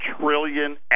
trillion